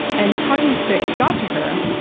and the talking stick got to her,